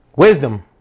Wisdom